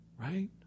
right